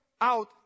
out